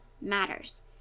matters